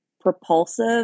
propulsive